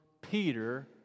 Peter